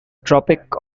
tropic